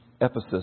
Ephesus